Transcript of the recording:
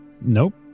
Nope